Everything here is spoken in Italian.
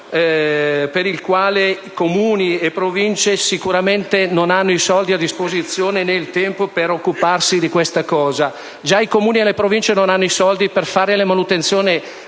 esercizio ed i Comuni e le Province sicuramente non hanno i soldi a disposizione, ne´ il tempo per occuparsi di questa cosa. Giacche´ i Comuni e le Province non hanno i soldi per provvedere alla manutenzione